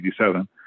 1987